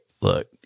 look